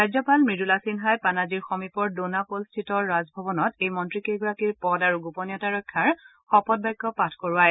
ৰাজ্যপাল মূদুলা সিনহাই পানাজিৰ সমীপৰ ডোনা পলস্থিত ৰাজভৱনত এই মন্ত্ৰীকেইগৰাকীৰ পদ আৰু গোপনীয়তা ৰক্ষাৰ শপতবাক্য পাঠ কৰোৱায়